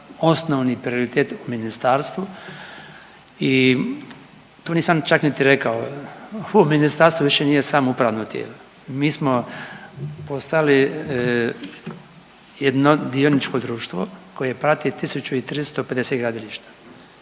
osnovni prioritet u ministarstvu i to nisam čak niti rekao. Ovo ministarstvo više nije samo upravno tijelo, mi smo postali jedno dioničko društvo koje prati 1.350 gradilišta.